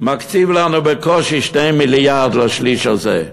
מקציב לנו בקושי 2 מיליארד, לשליש הזה.